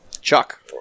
Chuck